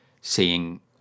seeing